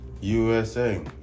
USA